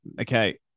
Okay